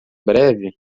breve